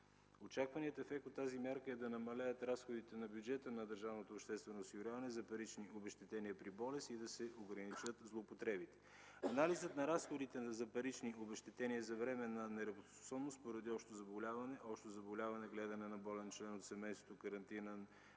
Очакваният ефект от тази мярка е да намалеят разходите на бюджета на държавното обществено осигуряване за парични обезщетения при болест и да се ограничат злоупотребите. Анализът на разходите за парични обезщетения и за временна неработоспособност поради общо заболяване, гледане на болен член от семейството, карантина,